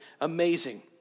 amazing